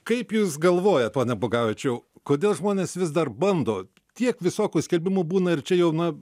kaip jūs galvojat pone bogavičiau kodėl žmonės vis dar bando tiek visokių skelbimų būna ir čia jau na